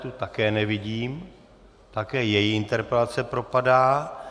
Tu také nevidím, také její interpelace propadá.